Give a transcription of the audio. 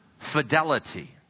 Fidelity